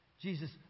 Jesus